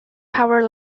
power